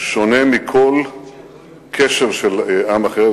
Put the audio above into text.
שונה מכל קשר של עם אחר,